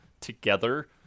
together